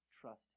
trust